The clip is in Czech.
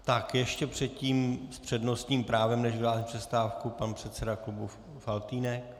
Tak ještě předtím s přednostním právem, než vyhlásím přestávku, pan předseda klubu Faltýnek.